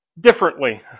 differently